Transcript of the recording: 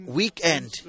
weekend